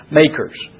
makers